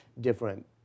different